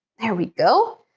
there we go.